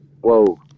whoa